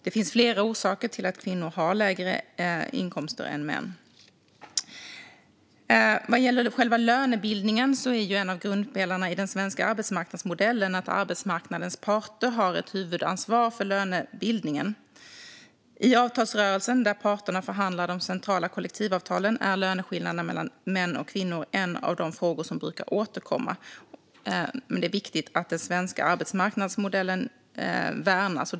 Det finns flera orsaker till att kvinnor har lägre inkomster än män. Vad gäller själva lönebildningen är en av grundpelarna i den svenska arbetsmarknadsmodellen att arbetsmarknadens parter har ett huvudansvar för lönebildningen. I avtalsrörelsen, där parterna förhandlar om de centrala kollektivavtalen, är löneskillnaderna mellan män och kvinnor en av de frågor som brukar återkomma. Det är viktigt att den svenska arbetsmarknadsmodellen värnas.